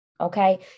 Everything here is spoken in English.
okay